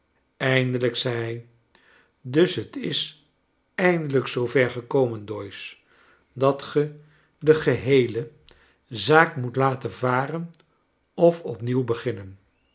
eindelijk zei hij dus het is eindelijk zoo ver gekomen doyce dat ge de geheele zaak moet laten varen of opnieuw beginnenf